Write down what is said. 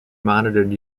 monitored